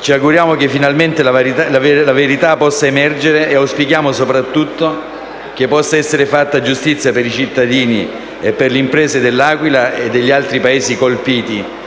Ci auguriamo che finalmente la verità possa emergere e auspichiamo soprattutto che possa essere fatta giustizia per i cittadini e per le imprese dell'Aquila e degli altri paesi colpiti,